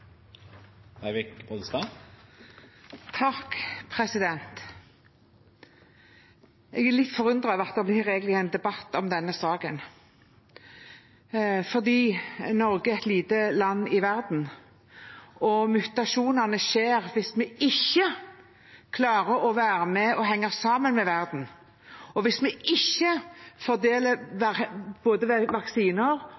litt forundret over at det blir en debatt om denne saken, for Norge er et lite land i verden, og mutasjonene skjer hvis vi ikke klarer å være med og henge sammen med verden – og hvis vi ikke fordeler